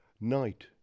night